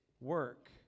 work